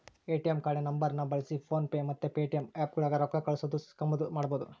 ATM ಕಾರ್ಡಿನ ನಂಬರ್ನ ಬಳ್ಸಿ ಫೋನ್ ಪೇ ಮತ್ತೆ ಪೇಟಿಎಮ್ ಆಪ್ಗುಳಾಗ ರೊಕ್ಕ ಕಳ್ಸೋದು ಇಸ್ಕಂಬದು ಮಾಡ್ಬಹುದು